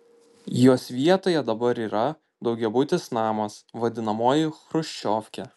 jos vietoje dabar yra daugiabutis namas vadinamoji chruščiovkė